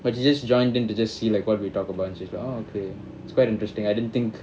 but she just joined in to just see like what we talk about and she's like oh okay it's quite interesting I didn't think